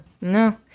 no